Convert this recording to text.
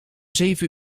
zeven